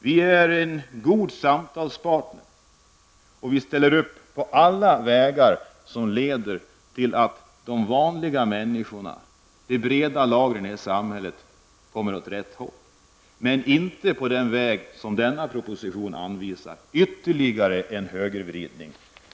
Vårt parti är en god samtalspartner och ställer upp på allt som leder till en utveckling för vanliga människor, för de breda lagren i samhället, som går åt rätt håll. Vi avvisar alltså den väg som den aktuella propositionen anvisar och som innebär ytterligare en högervridning.